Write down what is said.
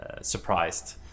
surprised